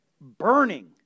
burning